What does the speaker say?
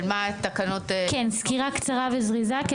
אני